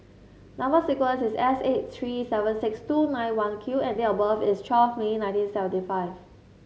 number sequence is S eight three seven six two nine one Q and date of birth is twelve May nineteen seventy five